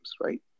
right